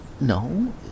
no